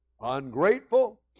ungrateful